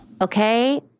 Okay